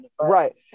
Right